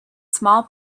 small